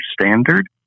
standard